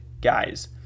guys